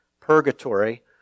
purgatory